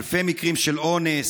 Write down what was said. אלפי מקרים של אונס,